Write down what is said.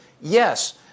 Yes